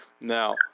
Now